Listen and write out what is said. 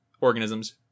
organisms